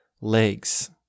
legs